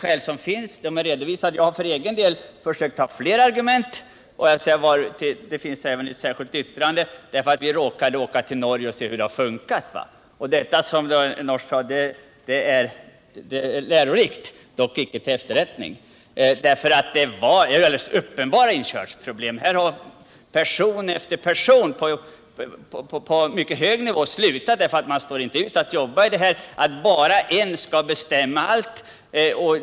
Skälen har redan redovisats, och jag har för egen del försökt ta fram flera argument. Jag har avgivit ett särskilt yttrande på grund av att att vi åkte till Norge för att se hur enmyndighetsalternativet fungerar. Det var lärorikt — dock icke så att vi skall rätta oss efter det. Där hade person efter person på mycket hög nivå slutat därför att man inte stod ut att jobba när bara en skulle bestämma.